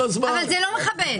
זה לא מכבד.